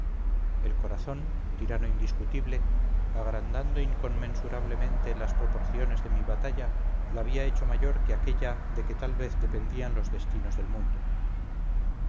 el corazón tirano indiscutible agrandando inconmensurablemente las proporciones de mi batalla la había hecho mayor que aquella de que tal vez dependían los destinos del mundo